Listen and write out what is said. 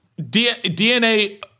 DNA